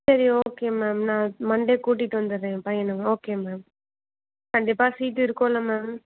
சரி okay ma'am நான் Monday கூட்டிகிட்டு வந்துவிட்றேன் என் பையனை ஓகே மேம் கண்டிப்பாக சீட்டு இருக்கும்இல்ல மேம்